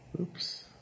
Oops